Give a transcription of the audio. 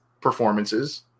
performances